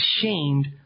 ashamed